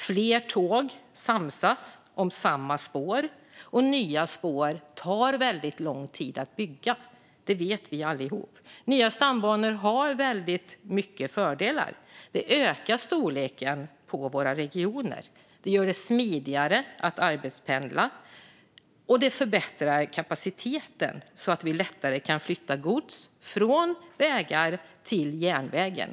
Fler tåg samsas om samma spår, och nya spår tar väldigt lång tid att bygga. Det vet vi allihop. Nya stambanor har väldigt många fördelar. Det ökar storleken på våra regioner. Det gör det smidigare att arbetspendla. Det förbättrar kapaciteten så att vi lättare kan flytta gods från vägar till järnvägen.